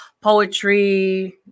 poetry